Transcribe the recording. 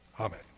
Amen